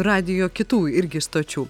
radijo kitų irgi stočių